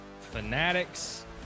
fanatics